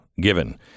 given